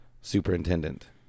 superintendent